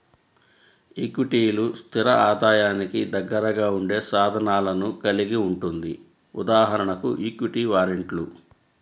ఈక్విటీలు, స్థిర ఆదాయానికి దగ్గరగా ఉండే సాధనాలను కలిగి ఉంటుంది.ఉదాహరణకు ఈక్విటీ వారెంట్లు